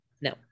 No